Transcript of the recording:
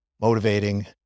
motivating